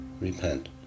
Repent